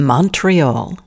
Montreal